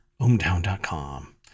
BoomTown.com